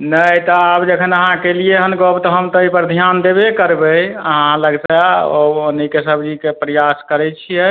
नहि तऽ आब जखन अहाँ केलियै हन गप तऽ हम तऽ अइपर ध्यान देबे करबय अहाँ लगसँ आओर आनयके सब्जीके प्रयास करय छियै